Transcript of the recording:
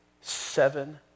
seven